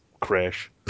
crash